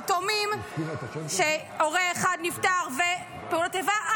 יתומים שהורה אחד נפטר בפעולות איבה,